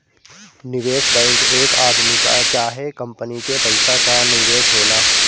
निवेश बैंक एक आदमी कअ चाहे कंपनी के पइसा कअ निवेश होला